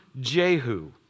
Jehu